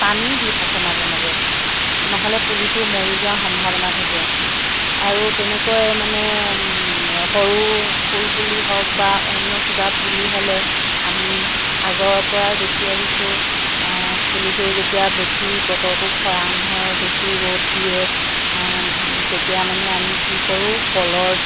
পানী দি থাকোঁ মাজে মাজে নহ'লে পুলিটো মৰি যোৱা সম্ভাৱনা থাকে আৰু তেনেকৈ মানে সৰু ফুল পুলি হওক বা অন্য কিবা পুলি হ'লে আমি আগৰ পৰাই দেখি আহিছোঁ পুলিটো যেতিয়া বেছি বতৰটো খৰাং হয় বেছি ৰ'দ দিয়ে তেতিয়া মানে আমি কি কৰোঁ কলৰ